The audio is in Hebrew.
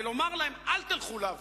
זה לומר להן: אל תלכו לעבוד.